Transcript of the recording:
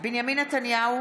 נוכחת בנימין נתניהו,